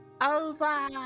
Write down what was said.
over